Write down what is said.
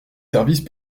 services